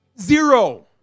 zero